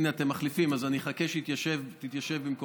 הינה, אתם מחליפים, אז אני אחכה שתתיישב במקומך.